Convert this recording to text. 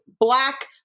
black